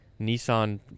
Nissan